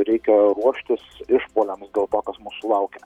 reikia ruoštis išpuoliams dėl to kas mūsų laukia